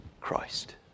Christ